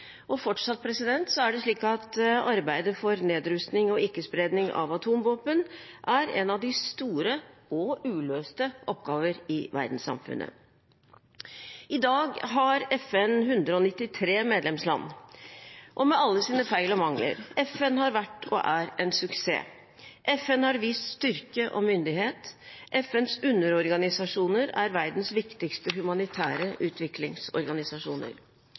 er det slik at arbeidet for nedrustning og ikke-spredning av atomvåpen er en av de store og uløste oppgaver i verdenssamfunnet. I dag har FN 193 medlemsland. Og med alle sine feil og mangler: FN har vært og er en suksess. FN har vist styrke og myndighet. FNs underorganisasjoner er verdens viktigste humanitære utviklingsorganisasjoner.